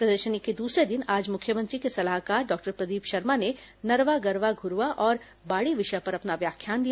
प्रदर्शनी के दूसरे दिन आज मुख्यमंत्री के सलाहकार डॉक्टर प्रदीप शर्मा ने नरवा गरवा घुरूवा और बाड़ी विषय पर अपना व्याख्यान दिया